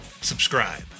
Subscribe